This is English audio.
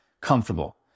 comfortable